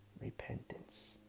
Repentance